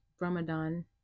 Ramadan